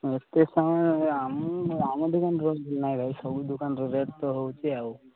ଏତେ ସମୟ ଆମୁ ଆମ ଦୋକାନରେ ନାଇଁ ଭାଇ ସବୁ ଦୋକନରେ ରେଟ୍ ତ ହେଉଛି ଆଉ